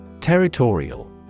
Territorial